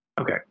Okay